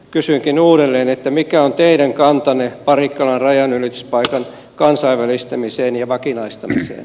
kysynkin uudelleen mikä on teidän kantanne parikkalan rajanylityspaikan kansainvälistämiseen ja vakinaistamiseen